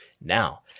Now